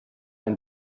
ein